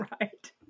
Right